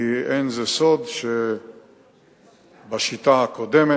כי אין זה סוד שבשיטה הקודמת,